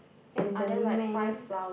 and the man